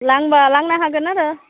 लांब्ला लांनो हागोन आरो